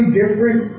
different